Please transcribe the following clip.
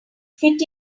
fit